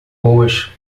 boas